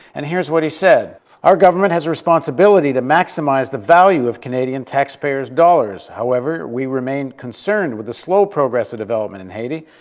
and here's what he said our government has a responsibility to maximize the value of canadian taxpayers' dollars. however, we remain concerned with the slow progress of development in haiti,